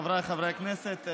חבריי חברי הכנסת,